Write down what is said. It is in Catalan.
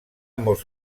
molt